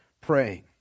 Praying